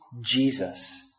Jesus